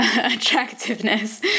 attractiveness